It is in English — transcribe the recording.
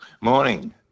Morning